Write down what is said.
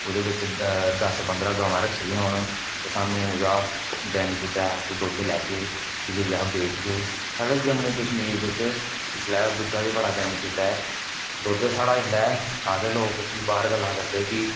ओह्दे बिच्च दस पंदरां गवां रक्खी दियां होन ते सानूं ओह्दा बैनीफिट ऐ अस दुद्ध लैगे फ्ही जाइयै अस बेचगे अस जम्मू कश्मीर बिच्च इसलै दुद्धै दा बड़ा बैनीफिट ऐ दुद्ध साढ़ा इसलै आखदे लोक कि बाह्र गल्लां करदे कि